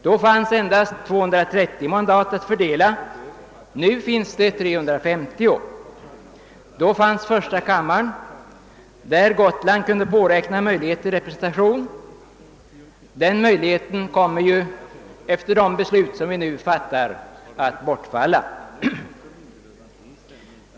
Då fanns endast 230 mandat att fördela — nu finns det 350. Då fanns vidare första kammaren där Gotland kunde påräkna möjlighet till representation, men den möjligheten kommer ju efter de beslut som vi nu skall fatta att bortfalla.